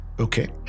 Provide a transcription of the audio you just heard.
okay